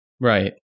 Right